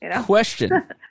question